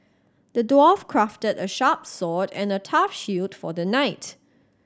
the dwarf crafted a sharp sword and a tough shield for the knight